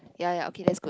ya ya ya okay that's good